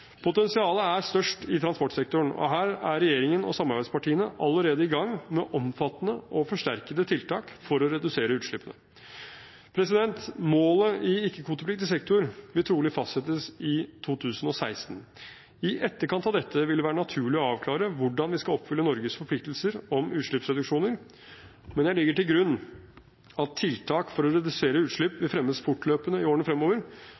Potensialet er størst i transportsektoren, og her er regjeringen og samarbeidspartiene allerede i gang med omfattende og forsterkede tiltak for å redusere utslippene. Målet i ikke-kvotepliktig sektor vil trolig fastsettes i 2016. I etterkant av dette vil det være naturlig å avklare hvordan vi skal oppfylle Norges forpliktelser om utslippsreduksjoner, men jeg legger til grunn at tiltak for å redusere utslipp vil fremmes fortløpende i årene fremover,